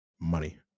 money